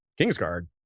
Kingsguard